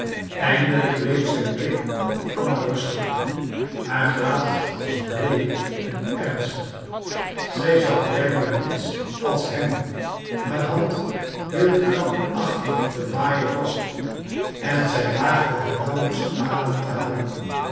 eindelijk bleef zijn blik op anna rusten haar gelaat was bleek en ernstig zij zag blijkbaar niets als hem haar hand hield krampachtig den waaier vast en zij waagde het nauwelijks adem te halen